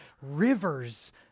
Rivers